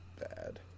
bad